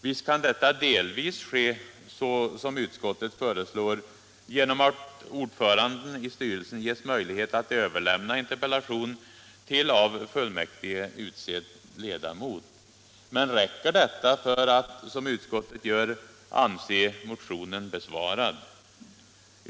Visst kan detta delvis ske, som utskottet föreslår, genom att ordföranden i styrelsen ges möjligheter att överlämna interpellation till av fullmäktige utsedd ledamot. Men räcker detta för att, som utskottet gör, anse motionen besvarad?